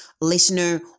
listener